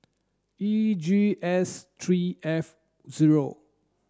E G S three F zero